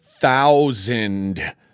thousand